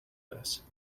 this